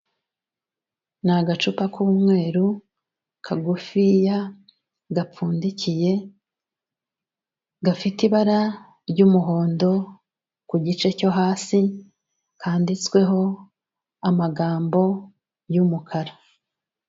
Ni agacupa k'umweru kagufiya, gapfundikiye, gafite ibara ry'umuhondo ku gice cyo hasi, kanditsweho amagambo y'umukara.